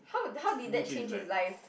how how did that change his life